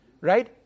right